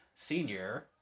Senior